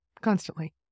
Constantly